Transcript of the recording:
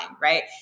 right